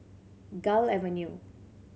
Gul Avenue